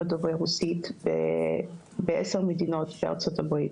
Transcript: דוברי רוסית בעשר מדינות בארצות הברית